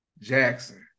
Jackson